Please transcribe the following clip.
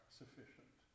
sufficient